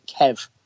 Kev